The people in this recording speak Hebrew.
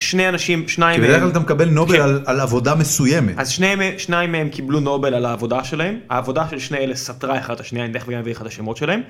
שני אנשים שניים אתה מקבל נובל על עבודה מסוימת אז שניים שניים הם קיבלו נובל על העבודה שלהם העבודה של שני אלה סתרה אחת את השניה, אני תיכף אביא לך את השמות שלהם.